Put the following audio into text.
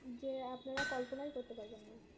যে আপনারা কল্পনাই করতে পারবেন না